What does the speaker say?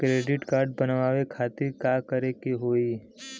Credit card बनवावे खातिर का करे के होई?